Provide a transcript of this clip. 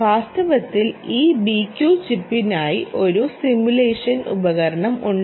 വാസ്തവത്തിൽ ഈ BQ ചിപ്പിനായി ഒരു സിമുലേഷൻ ഉപകരണം ഉണ്ട്